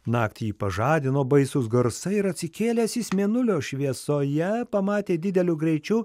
naktį jį pažadino baisūs garsai ir atsikėlęs jis mėnulio šviesoje pamatė dideliu greičiu